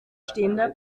stehender